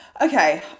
okay